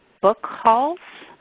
book hauls.